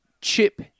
chip